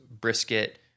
brisket